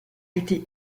été